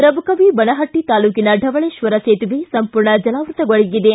ರಬಕವಿ ಬನಹಟ್ಟ ತಾಲೂಕಿನ ಢವಳೇಶ್ವರ ಸೇತುವೆ ಸಂಪೂರ್ಣ ಜಲಾವೃತವಾಗಿದೆ